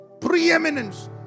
preeminence